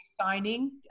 signing